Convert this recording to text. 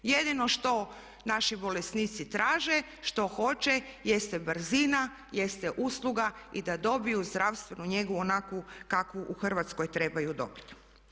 Jedino što naši bolesnici traže, što hoće jeste brzina, jeste usluga i da dobiju zdravstvenu njegu onakvu kakvu u Hrvatskoj trebaju dobiti.